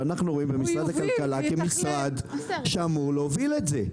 ואנחנו רואים במשרד הכלכלה כמשרד שאמור להוביל את זה.